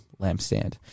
lampstand